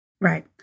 Right